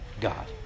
God